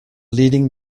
leading